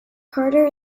carter